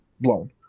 blown